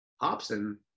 Hobson